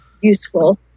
useful